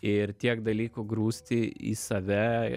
ir tiek dalykų grūsti į save